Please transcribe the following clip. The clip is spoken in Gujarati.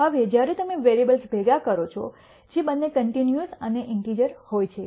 હવે જ્યારે તમે વેરીએબલ્સ ભેગા કરો છો જે બંને કન્ટિન્યૂઅસ અને ઇન્ટિજર હોય છે